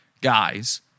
Guys